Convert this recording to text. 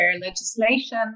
legislation